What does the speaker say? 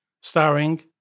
starring